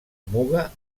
muga